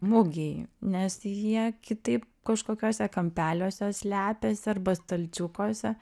mugėj nes jie kitaip kažkokiuose kampeliuose slepiasi arba stalčiukuose